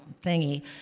thingy